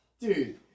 Dude